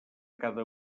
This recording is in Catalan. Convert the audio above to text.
cada